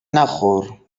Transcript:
نخور